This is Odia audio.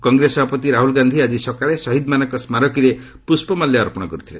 କଂଗ୍ରେସ ସଭାପତି ରାହୁଲ ଗାନ୍ଧି ଆଜି ସକାଳେ ଶହୀଦ୍ମାନଙ୍କ ସ୍କାରକୀରେ ପୁଷ୍ପମାଲ୍ୟ ଅର୍ପଣ କରିଥିଲେ